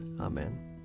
Amen